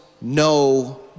no